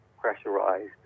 pressurized